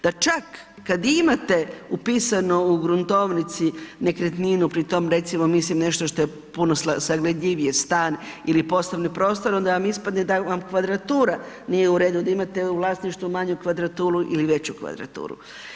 Da čak kad i imate upisano u gruntovnici nekretninu, pri tome recimo mislim nešto što je puno sagledljivije stan ili poslovni prostor onda vam ispadne da vam kvadratura nije u redu da imate u vlasništvu manju kvadraturu ili veću kvadraturu.